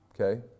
okay